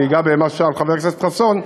ואני אגע במה ששאל חבר הכנסת חסון.